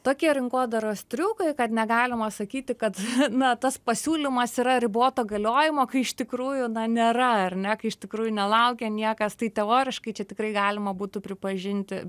tokie rinkodaros triukai kad negalima sakyti kad na tas pasiūlymas yra riboto galiojimo kai iš tikrųjų na nėra ar ne kai iš tikrųjų nelaukia niekas tai teoriškai čia tikrai galima būtų pripažinti